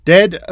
Dead